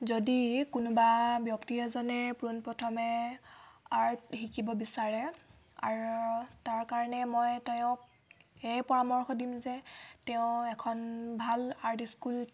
যদি কোনোবা ব্যক্তি এজনে পোনপ্ৰথমে আৰ্ট শিকিব বিচাৰে আৰু তাৰ কাৰণে মই তেওঁক এই পৰামৰ্শ দিম যে তেওঁ এখন ভাল আৰ্ট স্কুল